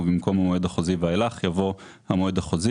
ובמקום "המועד החוזי ואילך" יבוא "המועד החוזי